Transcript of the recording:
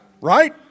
right